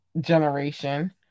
generation